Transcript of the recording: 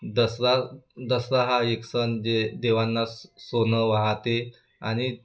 दसरा दसरा हा एक सण जे देवांना स सोनं वाहतेे आणि